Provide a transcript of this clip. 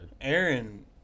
Aaron